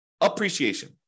appreciation